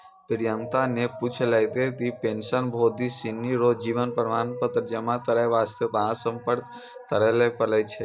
प्रियंका ने पूछलकै कि पेंशनभोगी सिनी रो जीवन प्रमाण पत्र जमा करय वास्ते कहां सम्पर्क करय लै पड़ै छै